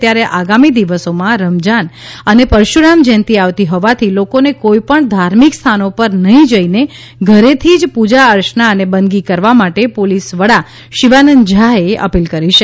ત્યારે આગામી દિવસોમાં રમજાન અને પરશુરામ જંયતિ આવતી હોવાથી લોકોને કોઇ પણ ધાર્મિકસ્થાનો પર નહી જઇને ઘરેથી પુજા અર્ચના અને બંદગી કરવા માટે પોલિસ વડા શિવાનંદ ઝઆએ અપિલ કરી છે